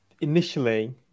Initially